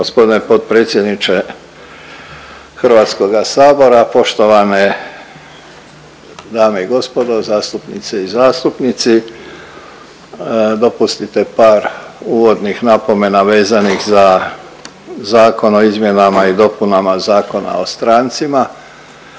Gospodine potpredsjedniče HS-a, poštovane dame i gospodo zastupnice i zastupnici. Dopustite par uvodnih napomena vezanih za Zakon o izmjenama i dopunama Zakona o strancima,